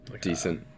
decent